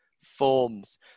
forms